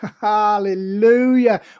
hallelujah